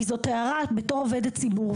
כי זאת הערה בתור עובדת ציבור,